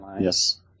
Yes